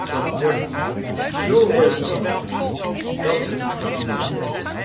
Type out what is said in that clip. dan wordt die zoo reusachtig dat men er bang van wordt